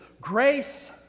Grace